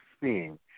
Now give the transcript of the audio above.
seeing